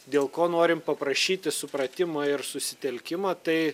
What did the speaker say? dėl ko norim paprašyti supratimo ir susitelkimo tai